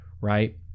right